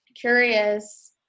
curious